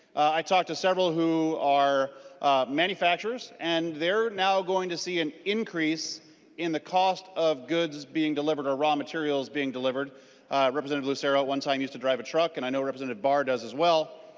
i talked to several who are manufactures and they are now going to see an increase in the cost of goods being delivered or raw materials being delivered to representative lucero one-time use to drive a truck and i know representative bahr does as well.